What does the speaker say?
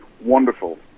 Wonderful